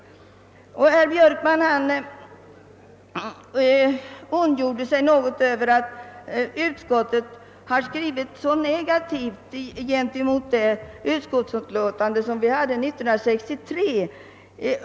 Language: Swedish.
Herr Björkman ondgjorde sig över att utskottet nu har skrivit så negativt jämfört med vad som var fallet 1963.